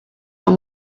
are